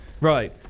Right